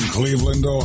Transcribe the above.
Cleveland